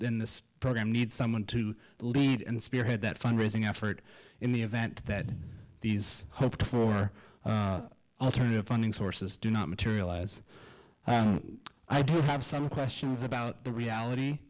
in this program need someone to lead and spearhead that fundraising effort in the event that these hoped for alternative funding sources do not materialize i do have some questions about the reality